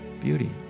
Beauty